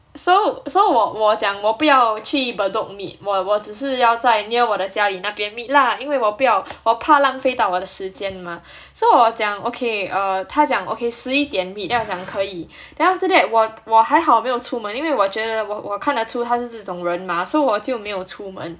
so so 我我讲我不要去 bedok meet 我我只是要在 near 我的家里那边 meet lah 因为我怕浪费到我的时间 mah so 我讲 okay err 他讲 okay 十一点 meet then 我讲可以 then after that 我我还好没有出门因为我觉得我看得出他是这种人 mah so 我就没有出门